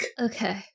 Okay